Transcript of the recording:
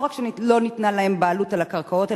לא רק שלא ניתנה להם בעלות על הקרקעות,